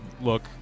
look